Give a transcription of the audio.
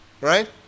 right